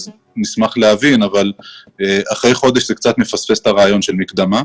נשמח להבין אבל אחרי חודש זה קצת מפספס את הרעיון של מקדמה.